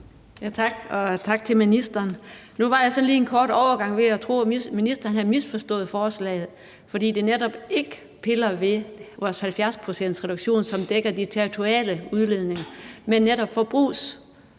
Tak, og tak til ministeren. Nu var jeg så lige i en kort overgang ved at tro, at ministeren havde misforstået forslaget, for det piller netop ikke ved vores 70-procentsreduktion, som dækker de territoriale udledninger, men handler